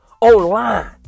online